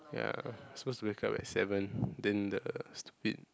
ya supposed to wake up at seven then the stupid